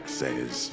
says